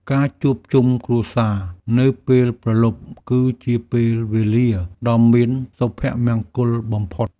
ការជួបជុំគ្រួសារនៅពេលព្រលប់ គឺជាពេលវេលាដ៏មានសុភមង្គលបំផុត។